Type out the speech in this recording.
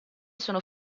sono